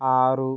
ఆరు